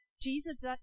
Jesus